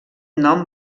nom